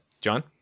John